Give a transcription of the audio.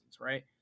right